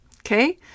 Okay